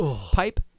Pipe